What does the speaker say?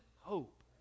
hope